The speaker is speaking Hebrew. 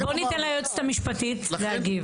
אז בואו ניתן ליועצת המשפטית להגיב.